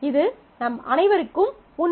இது நம் அனைவருக்கும் உண்மை